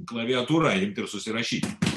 klaviatūra imti ir susirašyti